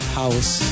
house